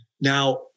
Now